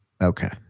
Okay